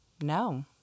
No